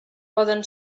poden